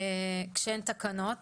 כשאין תקנות.